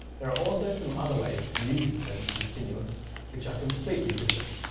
there are also some other ways to use the present continuous which are completely different.